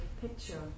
picture